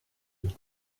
une